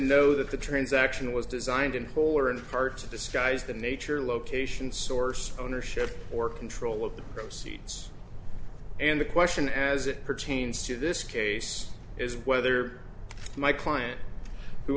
know that the transaction was designed in whole or in part to disguise the nature location source ownership or control of the proceeds and the question as it pertains to this case is whether my client who